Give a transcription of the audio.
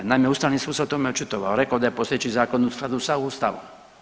Naime, ustavni sud se o tome očitovao, rekao je da je postojeći zakon u skladu sa ustavom.